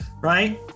right